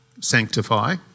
sanctify